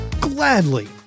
Gladly